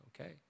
Okay